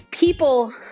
People